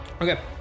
Okay